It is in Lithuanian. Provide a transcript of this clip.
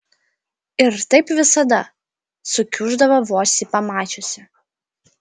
ir taip visada sukiuždavo vos jį pamačiusi